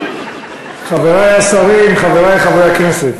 חברי השרים, חברי חברי הכנסת,